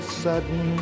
sudden